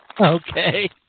Okay